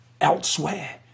elsewhere